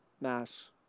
Mass